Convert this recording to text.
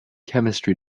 chemistry